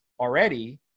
already